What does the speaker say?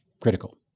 critical